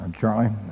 Charlie